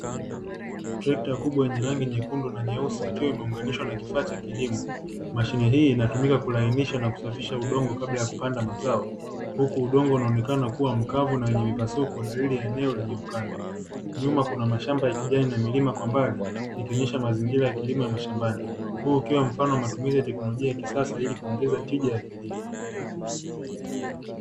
Trekta kubwa yenye rangi nyekundu na nyeusi, ikiwa imeunganishwa na kifaa cha kilimo. Mashine hii inatumika kulainisha na kusafisha udongo kabla ya kupanda mazao, huku udongo unaonekana kuwa mkavu na wenye mipasuko dalili ya eneo lenye ukame. Nyuma kuna mashamba ya kijani na milima kwa mbali, ikionesha mazingira ya kilimo ya mashambani. Huu ukiwa mfano wa matumizi ya teknolojia ya kisasa ili kuongeza tija ya kilimo.